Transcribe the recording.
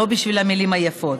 לא בשביל המילים היפות.